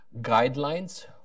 guidelines